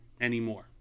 anymore